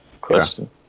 question